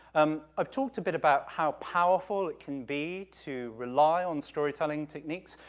um, i've talked a bit about how powerful it can be to rely on story-telling techniques.